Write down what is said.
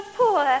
poor